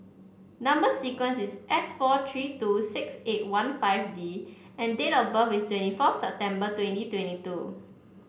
number sequence is S four three two six eight one five D and date of birth is twenty four September twenty twenty two